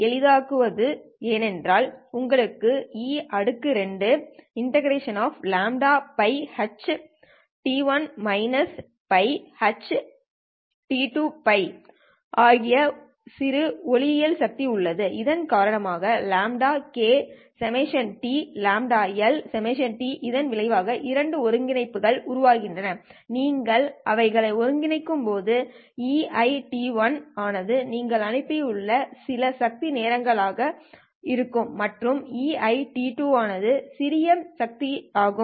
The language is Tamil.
எளிதாக்குவது என்னவென்றால் உங்களுக்கு e2 ∞λht1 τht2 τ வழங்கிய சில ஒளியியல் சக்தி உள்ளது இதன் காரணமாக λ kδt λ Lδt இதன் விளைவாக இரண்டு ஒருங்கிணைப்புகள் இருக்கும் நீங்கள் அவைகளை ஒருங்கிணைக்கும்போது EIஆனது நீங்கள் அனுப்பி உள்ள சில சில சக்தி நேரங்களாக ஆக இருக்கும் மற்றும் EI ஆனது சிறிது சக்தி ஆக இருக்கும்